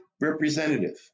representative